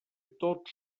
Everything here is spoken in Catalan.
tot